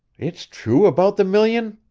it's true about the million?